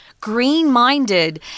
green-minded